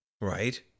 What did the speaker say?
right